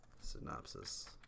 Synopsis